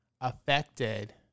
affected